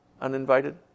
uninvited